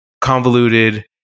convoluted